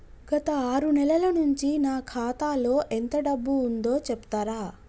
గత ఆరు నెలల నుంచి నా ఖాతా లో ఎంత డబ్బు ఉందో చెప్తరా?